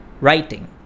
writing